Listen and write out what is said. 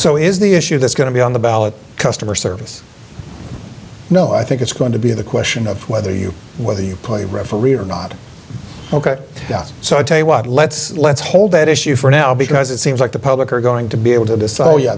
so is the issue that's going to be on the ballot customer service no i think it's going to be the question of whether you whether you play referee or not ok so i tell you what let's let's hold that issue for now because it seems like the public are going to be able to